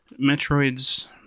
Metroid's